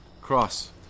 Cross